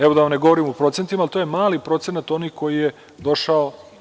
Evo, da vam ne govorim u procentima, ali to je mali procenat oni koji je došao.